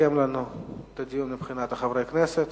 יסכם לנו את הדיון מבחינת חברי הכנסת.